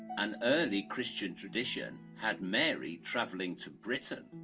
an early christian tradition had married traveling to britain